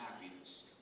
happiness